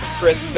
Chris